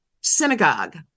synagogue